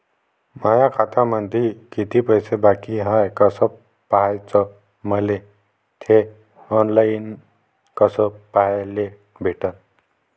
माया खात्यामंधी किती पैसा बाकी हाय कस पाह्याच, मले थे ऑनलाईन कस पाह्याले भेटन?